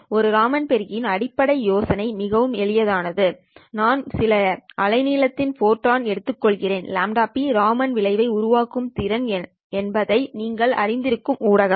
ஒரு ராமன் பெருக்கியின் அடிப்படை யோசனை மிகவும் எளிதானது நான் சில அலைநீளத்தின் ஃபோட்டானை எடுத்துக்கொள்கிறேன் λ p ராமன் விளைவை உருவாக்கும் திறன் என்ன என்பதை நீங்கள் அறிந்திருக்கும் ஊடகம்